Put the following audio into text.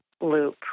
loop